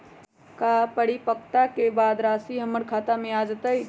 का परिपक्वता के बाद राशि हमर खाता में आ जतई?